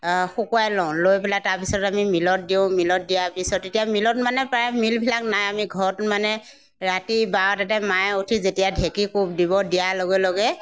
শুকুৱাই লওঁ লৈ পেলাই তাৰপছত আমি মিলত দিওঁ মিলত দিয়া পিছত এতিয়া মিলত মানে প্ৰায় মিলবিলাক নাই আমি ঘৰত মানে ৰাতি বাৰটাতে মায়ে উঠি যেতিয়া ঢেকী কোব দিব দিয়া লগে লগে